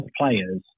players